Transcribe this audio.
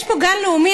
יש פה גן לאומי.